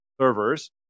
servers